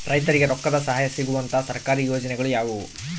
ರೈತರಿಗೆ ರೊಕ್ಕದ ಸಹಾಯ ಸಿಗುವಂತಹ ಸರ್ಕಾರಿ ಯೋಜನೆಗಳು ಯಾವುವು?